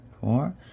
four